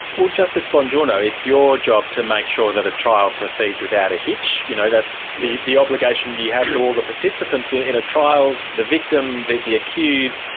well, justice bongiorno, it's your job to make sure that a trial proceeds without a hitch, you know that's the the obligation you have to all the participants in in a trial the victim, the the accused,